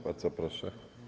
Bardzo proszę.